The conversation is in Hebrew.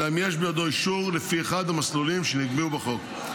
אלא אם יש בידו אישור לפי אחד המסלולים שנקבעו בחוק.